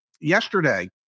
yesterday